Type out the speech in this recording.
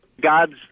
God's